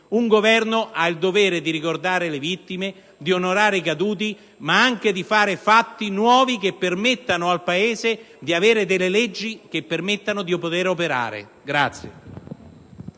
Un Governo ha il dovere di ricordare le vittime, di onorare i caduti, ma anche di fare fatti nuovi che consentano al Paese di avere delle leggi che permettano di operare.